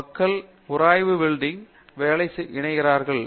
எனவே மக்கள் உராய்வு வெல்டிங் வேலை இணைகிறார்கள்